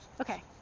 Okay